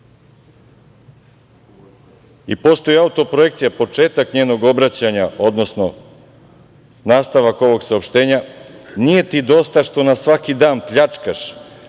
autoprojekcija, početak njenog obraćanja, odnosno nastavak ovog saopštenja: „nije ti dosta što nas svaki dan pljačkaš,